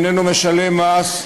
איננו משלם מס.